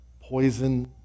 poison